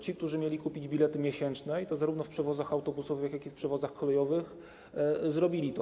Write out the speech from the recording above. Ci, którzy mieli kupić bilety miesięczne, i to zarówno w przewozach autobusowych, jak i w przewozach kolejowych, zrobili to.